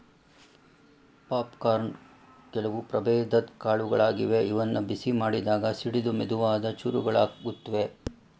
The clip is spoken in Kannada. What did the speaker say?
ಪಾಪ್ಕಾರ್ನ್ ಕೆಲವು ಪ್ರಭೇದದ್ ಕಾಳುಗಳಾಗಿವೆ ಇವನ್ನು ಬಿಸಿ ಮಾಡಿದಾಗ ಸಿಡಿದು ಮೆದುವಾದ ಚೂರುಗಳಾಗುತ್ವೆ